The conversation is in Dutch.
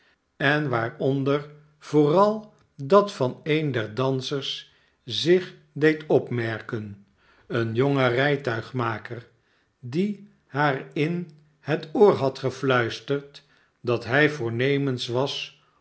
en waaronder vooral dat van een der dansers zich deed opmerken een jonge rijtuigmaker die haar in het oor had gefluisterd dat hij voornemens was